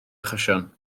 achosion